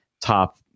top